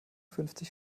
fünfzig